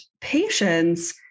patients